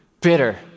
bitter